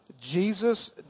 Jesus